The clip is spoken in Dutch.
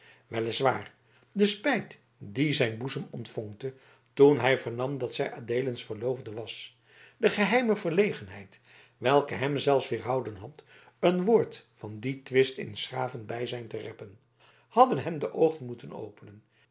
waar de spijt die zijn boezem ontvonkte toen hij vernam dat zij adeelens verloofde was de geheime verlegenheid welke hem zelfs weerhouden had een woord van dien twist in s graven bijzijn te reppen hadden hem de oogen moeten openen